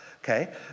okay